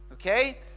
Okay